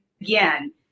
again